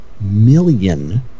million